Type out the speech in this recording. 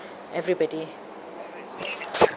everybody